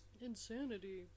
Insanity